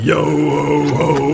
Yo-ho-ho